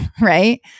right